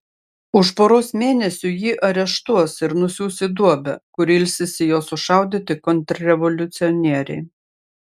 už poros mėnesių jį areštuos ir nusiųs į duobę kur ilsisi jo sušaudyti kontrrevoliucionieriai